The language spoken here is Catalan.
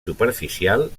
superficial